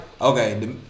okay